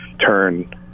turn